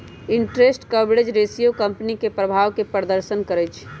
interest coverage ratio company के प्रभाव के प्रदर्शन करइ छै